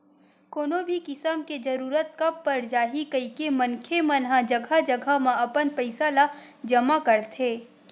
कोनो भी किसम के जरूरत कब पर जाही कहिके मनखे मन ह जघा जघा म अपन पइसा ल जमा करथे